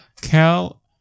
Cal